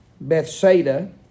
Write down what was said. Bethsaida